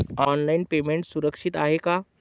Online payment सुरक्षित आहे का?